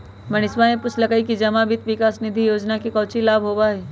मनीषवा ने पूछल कई कि जमा वित्त विकास निधि योजना से काउची लाभ होबा हई?